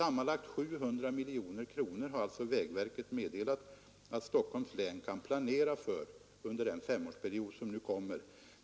Sammanlagt 700 miljoner kronor har alltså vägverket meddelat att Stockholms län kan planera för under den femårsperiod som nu kommer.